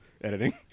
editing